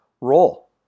roll